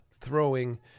throwing